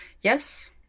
Yes